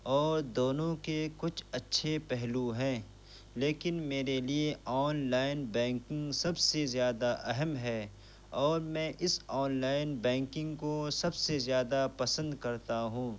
اور دونوں کے کچھ اچھے پہلو ہیں لیکن میرے لیے آن لائن بینکنگ سب سے زیادہ اہم ہے اور میں اس آن لائن بینکنگ کو سب سے زیادہ پسند کرتا ہوں